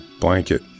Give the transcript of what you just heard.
blanket